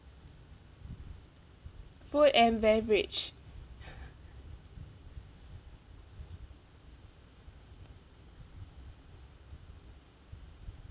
food and beverage